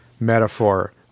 metaphor